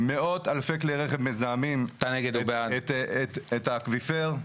הקראנו, לא צריך להקריא את זה עוד פעם.